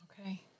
Okay